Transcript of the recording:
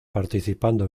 participando